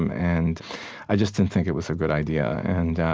and i just didn't think it was a good idea. and